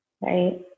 Right